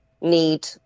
need